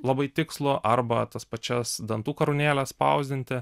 labai tikslų arba tas pačias dantų karūnėles spausdinti